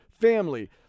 family